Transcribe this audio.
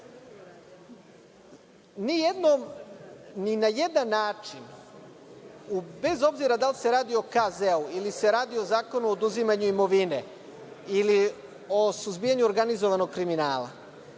na jedan način, bez obzira da li se radi o Krivičnom zakoniku ili se radi o Zakonu o oduzimanju imovine ili o suzbijanju organizovanog kriminala,